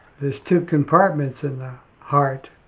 there's two compartments in the heart,